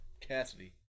Cassidy